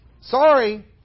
Sorry